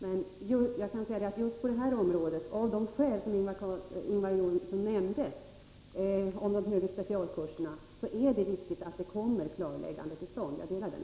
Just i fråga om de högre specialkurserna är det viktigt, av de skäl som Ingvar Johnsson nämnde, att det kommer ett klarläggande till stånd. Jag delar den uppfattningen.